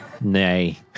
Nay